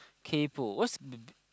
kaypo what's